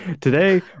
today